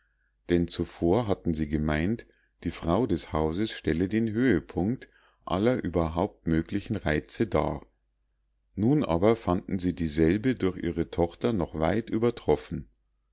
denn zuvor hatten sie gemeint die frau des hauses stelle den höhepunkt aller überhaupt möglichen reize dar nun aber fanden sie dieselbe durch ihre tochter noch weit übertroffen